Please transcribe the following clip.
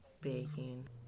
baking